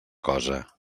cosa